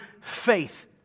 faith